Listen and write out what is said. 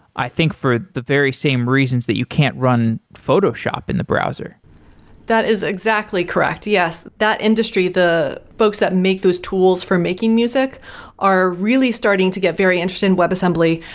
i think for the very same reasons that you can't run photoshop in the browser that is exactly correct, yes. that industry, the folks that make those tools for making music are really starting to get very interested in web assembly.